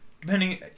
Depending